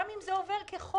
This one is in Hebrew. גם אם זה עובר כחוק.